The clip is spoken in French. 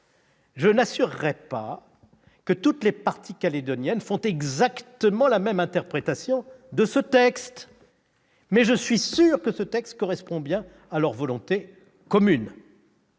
Je n'assurerais pas que toutes les parties calédoniennes font exactement la même interprétation de ce texte, mais je suis sûr qu'il correspond bien à leur volonté commune,